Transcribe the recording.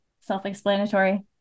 self-explanatory